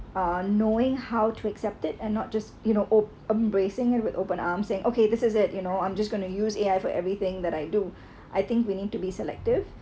uh knowing how to accept it and not just you know o~ embracing it with open arms and okay this is it you know I'm just gonna use A_I everything that I do I think willing to be selective